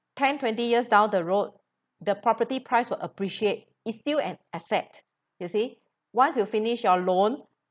ten twenty years down the road the property price will appreciate it's still an asset you see once you finish your loan